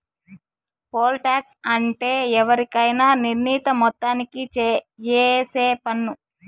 pole tax అంటే ఎవరికైనా నిర్ణీత మొత్తానికి ఏసే పన్ను